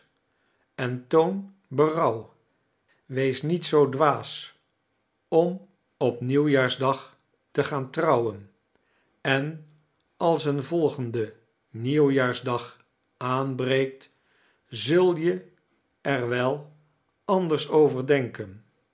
en toon berouw wees niet zoo dwaas om op nieuwjaarsdag te gaan trouwen en als een volgende nieuwjaarsdag aanbreekt zul je er wel anders over denken